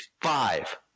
Five